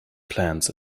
plans